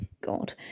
God